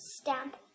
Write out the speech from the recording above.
stamp